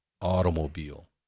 automobile